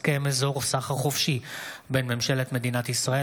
הסכם אזור סחר חופשי בין ממשלת מדינת ישראל